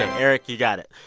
and erich, you got it.